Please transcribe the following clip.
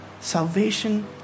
salvation